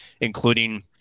including